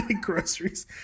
Groceries